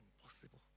Impossible